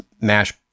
mash